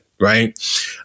right